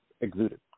exuded